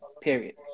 period